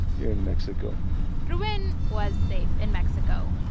you're in mexico ruben was safe in mexico,